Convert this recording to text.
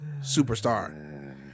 superstar